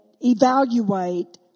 evaluate